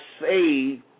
say